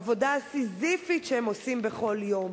העבודה הסיזיפית שהם עושים בכל יום.